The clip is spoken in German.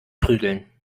prügeln